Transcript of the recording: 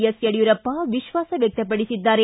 S Yediyurappa ವಿಶ್ವಾಸ ವ್ಯಕ್ತಪಡಿಸಿದ್ದಾರೆ